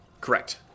Correct